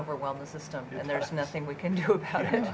overwhelm the system and there's nothing we can do about it